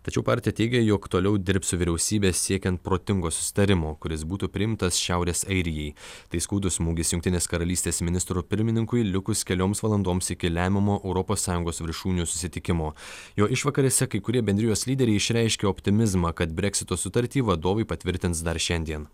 tačiau partija teigia jog toliau dirbs su vyriausybe siekiant protingo susitarimo kuris būtų priimtas šiaurės airijai tai skaudus smūgis jungtinės karalystės ministrui pirmininkui likus kelioms valandoms iki lemiamo europos sąjungos viršūnių susitikimo jo išvakarėse kai kurie bendrijos lyderiai išreiškė optimizmą kad breksito sutartį vadovai patvirtins dar šiandien